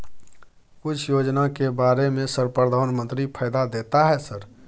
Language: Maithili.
कुछ योजना के बारे में सर प्रधानमंत्री फायदा देता है सर?